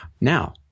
now